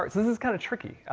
this is kind of tricky.